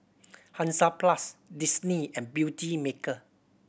Hansaplast Disney and Beautymaker